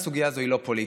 הסוגיה הזאת לא פוליטית,